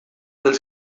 dels